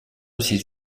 ces